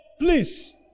please